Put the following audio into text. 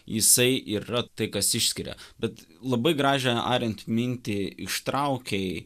jisai yra tai kas išskiria bet labai gražią ariant mintį ištraukei